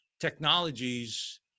technologies